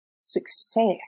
success